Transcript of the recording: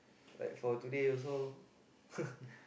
like for today also